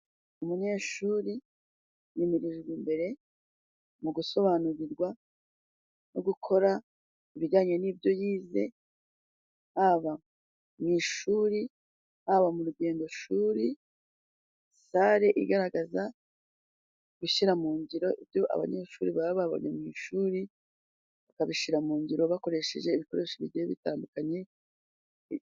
Umunyeshuri yimirijwe imbere mu gusobanurirwa no gukora ibijyanye n'ibyo yize. Haba mu ishuri haba mu rugendoshuri, sare igaragaza gushyira mu ngiro ibyo abanyeshuri baba babonye mu ishuri, bakabishyira mu ngiro bakoresheje ibikoresho bigiye bitandukanye.